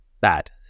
bad